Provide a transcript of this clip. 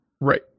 Right